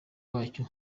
wacyo